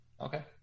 Okay